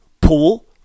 pool